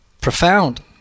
profound